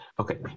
Okay